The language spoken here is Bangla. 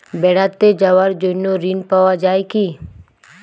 বেড়াতে যাওয়ার জন্য ঋণ পাওয়া যায় কি?